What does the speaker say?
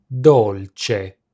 dolce